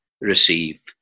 receive